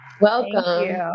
Welcome